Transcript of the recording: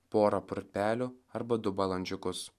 porą purpelių arba du balandžiukus